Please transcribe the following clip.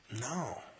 no